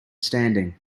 standing